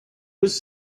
was